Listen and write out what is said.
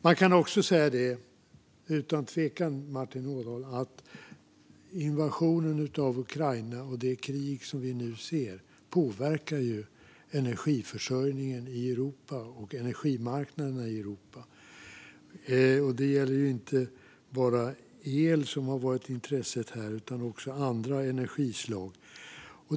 Man kan, Martin Ådahl, utan tvekan säga att invasionen av Ukraina och det krig vi nu ser påverkar energiförsörjningen och energimarknaden i Europa. Det gäller inte bara el, som har varit intresset här, utan också andra energislag.